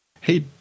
Hey